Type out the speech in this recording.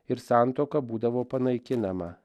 ir santuoka būdavo panaikinama